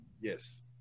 yes